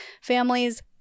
families